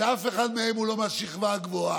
שאף אחד מהם הוא לא מהשכבה הגבוהה.